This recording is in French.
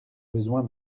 besoin